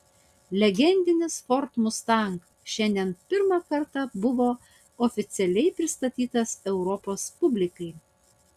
legendinis ford mustang šiandien pirmą kartą buvo oficialiai pristatytas europos publikai